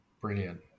Brilliant